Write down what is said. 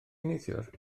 neithiwr